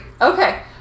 Okay